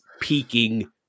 peaking